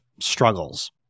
struggles